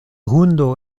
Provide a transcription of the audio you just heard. hundo